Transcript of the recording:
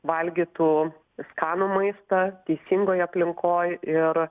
valgytų skanų maistą teisingoj aplinkoj ir